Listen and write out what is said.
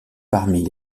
parmi